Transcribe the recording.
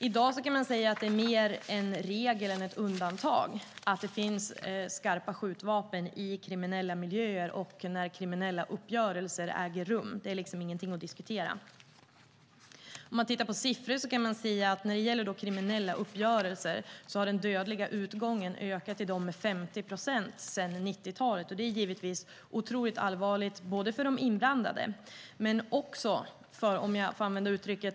I dag kan man säga att det är mer en regel än ett undantag att det finns skarpa skjutvapen i kriminella miljöer och när kriminella uppgörelser äger rum. Det är inget att diskutera. När vi tittar på siffror kan vi säga att vid kriminella uppgörelser har den dödliga utgången ökat med 50 procent sedan 90-talet. Det är givetvis otroligt allvarligt för de inblandade och även för andra.